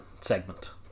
segment